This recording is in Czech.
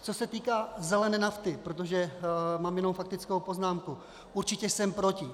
Co se týká zelené nafty, protože mám jenom faktickou poznámku, určitě jsem proti.